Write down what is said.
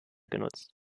genutzt